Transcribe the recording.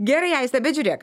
gerai aiste bet žiūrėk